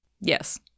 Yes